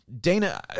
Dana